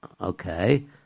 Okay